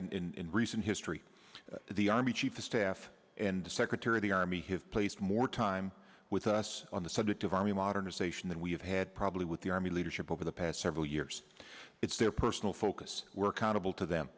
in recent history the army chief of staff and the secretary of the army has placed more time with us on the subject of army modernization than we have had probably with the army leadership over the past several years it's their personal focus we're countable to